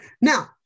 Now